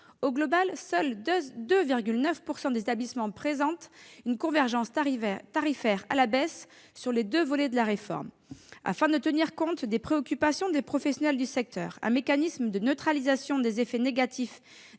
des EHPAD. Seuls 2,9 % des établissements présentent une convergence tarifaire à la baisse sur les deux volets de la réforme. Afin de tenir compte des préoccupations des professionnels du secteur, un mécanisme de neutralisation des effets négatifs